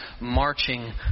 marching